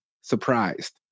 surprised